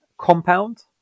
Compound